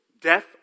death